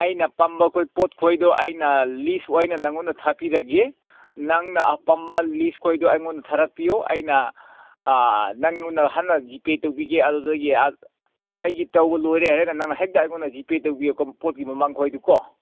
ꯑꯩꯅ ꯄꯥꯝꯕꯈꯣꯏ ꯄꯣꯠ ꯈꯣꯏꯗꯣ ꯑꯩꯅ ꯂꯤꯁ ꯑꯣꯏꯅ ꯅꯪꯉꯣꯟꯗ ꯊꯥꯕꯤꯔꯒꯦ ꯅꯪꯅ ꯑꯄꯥꯝꯕ ꯂꯤꯁ ꯈꯣꯏꯗꯣ ꯑꯩꯉꯣꯟꯗ ꯊꯥꯔꯛꯄꯤꯌꯣ ꯑꯩꯅ ꯅꯪꯉꯣꯟꯗ ꯍꯥꯟꯅ ꯖꯤꯄꯦ ꯇꯧꯕꯤꯒꯦ ꯑꯗꯨꯗꯒꯤ ꯑꯩꯒꯤ ꯇꯧꯕ ꯂꯣꯏꯔꯦ ꯍꯥꯏꯔꯒ ꯅꯪꯅ ꯍꯦꯛꯇ ꯑꯩꯉꯣꯟꯗ ꯖꯤꯄꯦ ꯇꯧꯕꯤꯌꯨꯀꯣ ꯄꯣꯠꯀꯤ ꯃꯃꯜꯈꯣꯏꯗꯨ ꯀꯣ